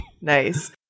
Nice